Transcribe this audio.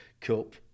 Cup